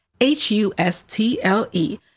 H-U-S-T-L-E